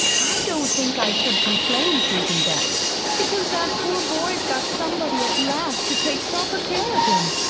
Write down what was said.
i don't think i should complain, susan betts, because that poor boy's got somebody at last to take proper care of him.